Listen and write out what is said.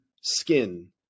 skin